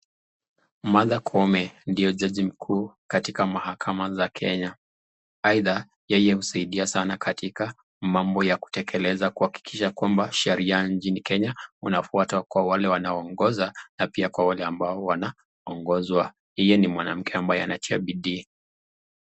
Martha Koome ndio jaji mkuu katika mahakama za Kenya aidha yeye husaidia sana katika mambo ya kutekeleza kuhakikisha kwamba sheria nchini Kenya inafatwa kwa wale wanao ongoza, na pia kwa wale wanao ongozwa. Yeye ni mwanamke anayetia bidii.